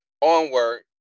onward